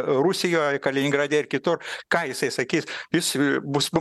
rusijoj kaliningrade ir kitur ką jisai sakys jis bus